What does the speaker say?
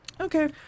okay